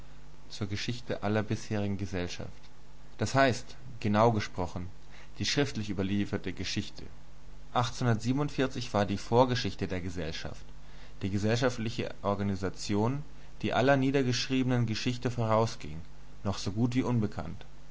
zu können das heißt genau gesprochen die schriftlich überlieferte geschichte war die vorgeschichte der gesellschaft die gesellschaftliche organisation die aller niedergeschriebenen geschichte vorausging noch so gut wie unbekannt